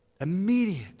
Immediate